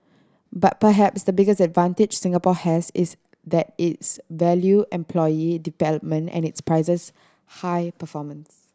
but perhaps the biggest advantage Singapore has is that it's value employee development and it prizes high performance